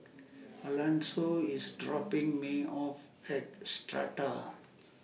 Alonso IS dropping Me off At Strata